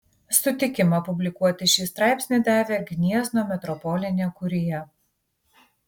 sutikimą publikuoti šį straipsnį davė gniezno metropolinė kurija